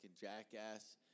jackass